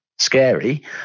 scary